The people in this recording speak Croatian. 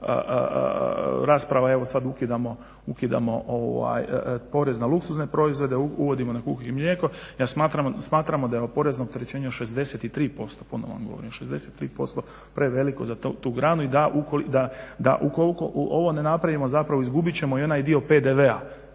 rasprava evo sada ukidamo porez na luksuzne proizvode, uvodimo na kruh i mlijekom, smatramo da je ovo porezno opterećenje od 63%, ponovo vam govorim 63% preveliko za tu granu, i da ukoliko ovo ne napravimo zapravo izgubit ćemo i onaj dio PDV-a,